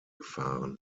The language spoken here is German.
gefahren